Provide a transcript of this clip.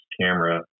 camera